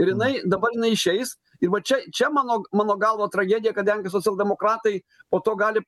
ir jinai dabar jinai išeis ir va čia čia mano mano galva tragedija kadangi socialdemokratai po to gali